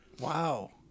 Wow